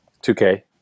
2k